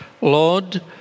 Lord